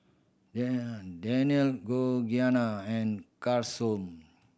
Dan Dannielle Georgianna and Carson